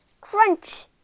crunch